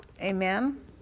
Amen